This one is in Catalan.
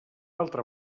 altra